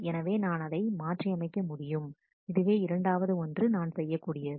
எனவே நான் அதை மாற்றி அமைக்க முடியும் இதுவே இரண்டாவது ஒன்று நான் செய்யக்கூடியது